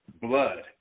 blood